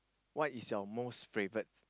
what is your most favourite